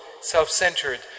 self-centered